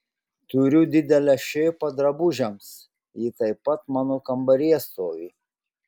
turiu didelę šėpą drabužiams ji taip pat mano kambaryje stovi